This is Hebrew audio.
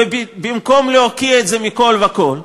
ובמקום להוקיע את זה מכול וכול,